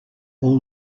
all